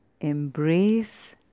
Embrace